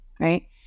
right